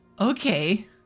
Okay